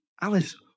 Alice